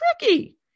tricky